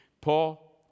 Paul